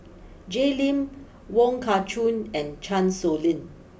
Jay Lim Wong Kah Chun and Chan Sow Lin